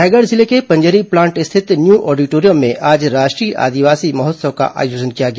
रायगढ़ जिले के पंजरी प्लांट स्थित न्यू ऑडिटोरियम में आज राष्ट्रीय आदिवासी महोत्सव का आयोजन किया गया